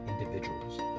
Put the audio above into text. individuals